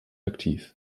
aktiv